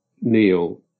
Neil